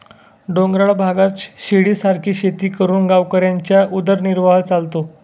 डोंगराळ भागात शिडीसारखी शेती करून गावकऱ्यांचा उदरनिर्वाह चालतो